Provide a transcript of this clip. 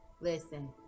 Listen